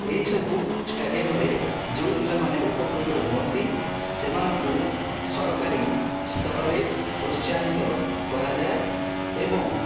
ଏହିସବୁ ଷ୍ଟାଡ଼ିୟମ୍ରେ ଯେଉଁ ପିଲାମାନେ ଉପକୃତ ହୁଅନ୍ତି ସେମାନଙ୍କୁ ସରକାରୀ ସ୍ତରରେ ପ୍ରୋତ୍ସାହିତ କରାଯାଏ ଏବଂ